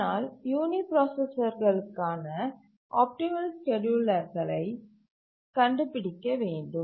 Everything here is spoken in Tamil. ஆனால் யூனிபிராசசர்களுக்கான ஆப்டிமல் ஸ்கேட்யூலர்களை கண்டுபிடிக்க வேண்டும்